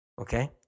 Okay